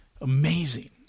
Amazing